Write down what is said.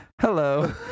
Hello